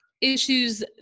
Issues